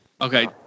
okay